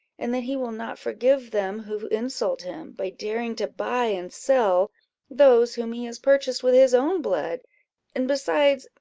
and that he will not forgive them who insult him, by daring to buy and sell those whom he has purchased with his own blood and besides,